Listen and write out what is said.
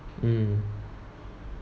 mm